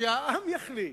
שהעם יחליט?